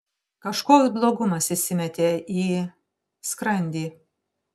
kažkoks blogumas įsimetė į skrandį